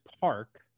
park